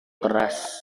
keras